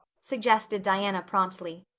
suggested diana promptly.